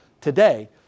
today